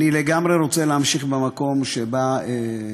אני לגמרי רוצה להמשיך מהמקום שבו